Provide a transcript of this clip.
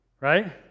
right